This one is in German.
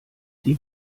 die